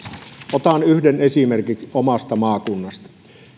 otan yhden esimerkin omasta maakunnasta